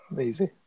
easy